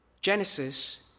Genesis